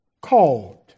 called